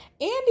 Andy